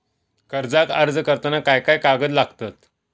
कर्जाक अर्ज करताना काय काय कागद लागतत?